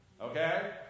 Okay